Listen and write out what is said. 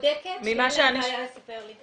אין להן בעיה לספר לי.